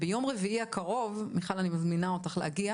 ביום רביעי הקרוב מיכל, אני מזמינה אותך להגיע